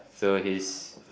so his